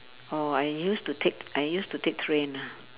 oh I used to take I used to take train ah